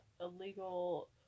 illegal